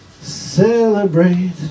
celebrate